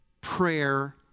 Prayer